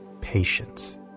patience